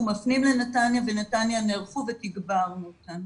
מפנים לנתניה ונתניה נערכו ותגברנו אותם.